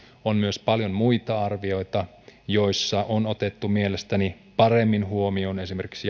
on myös paljon muita arvioita joissa on otettu mielestäni paremmin huomioon esimerkiksi